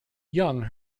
young